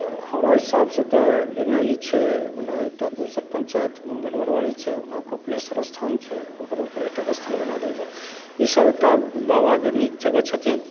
तऽ हमर हिसाबसँ तऽ हेने ई छै हूने एकटा दोसर पञ्चायत गरबाइ छै कपिलेश्वर स्थान भेल ओकरो पर्यटक स्थल अगर बना देल जाय ई सब एकटा बाबाके नीक जगह छथिन